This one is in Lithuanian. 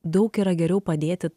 daug yra geriau padėti